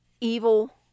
evil